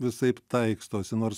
visaip taikstosi nors